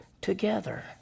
together